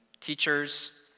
teachers